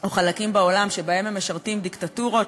או חלקים בעולם שבהם הם משרתים דיקטטורות,